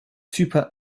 zypern